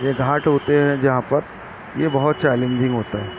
یہ گھاٹ ہوتے ہیں جہاں پر یہ بہت چیلنجنگ ہوتا ہے